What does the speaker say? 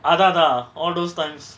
அதா அதா:atha atha all those times